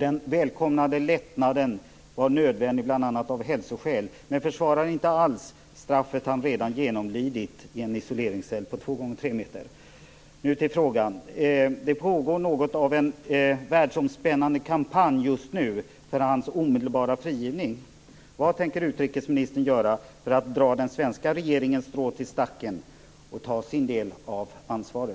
Den välkomna lättnaden var nödvändig bl.a. av hälsoskäl, men försvarar inte alls straffet han redan genomlidit i en isoleringscell på två gånger tre meter. Nu till frågan. Det pågår något av en världsomspännande kampanj just nu för hans omedelbara frigivning. Vad tänker utrikesministern göra för att dra den svenska regeringens strå till stacken och ta sin del av ansvaret?